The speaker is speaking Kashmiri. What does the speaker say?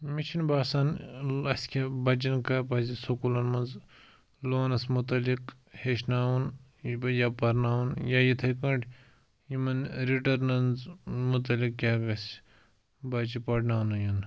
مےٚ چھُنہٕ باسان اَسہِ کیٛاہ بَچَن کا پَزِ سکوٗلَن منٛز لونَس متعلق ہیٚچھناوُن یہِ بیٚیہِ یا پَرناوُن یا یِتھَے کٲٹھۍ یِمَن رِٹٲرنَنٕز متعلق کیٛاہ وٮ۪ژھِ بَچہِ پَرناونہٕ یُن